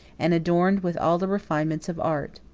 and adorned with all the refinements of art.